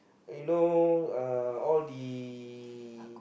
you know uh all the